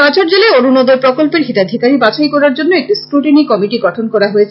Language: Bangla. কাছাড় জেলায় অরুণোদয় প্রকল্পের হিতাধিকারী বাছাই করার জন্য একটি ক্ষুটিনি কমিটি গঠন করা হয়েছে